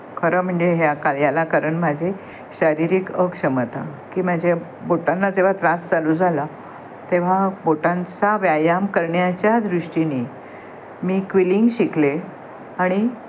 खरं म्हणजे ह्या कार्याला कारण माझे शारीरिक अक्षमता की माझ्या बोटांना जेव्हा त्रास चालू झाला तेव्हा बोटांचा व्यायाम करण्याच्या दृष्टीने मी क्विलिंग शिकले आणि